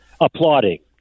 applauding